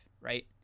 right